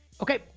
Okay